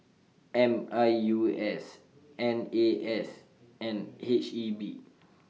M U I S N A S and H E B